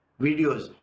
videos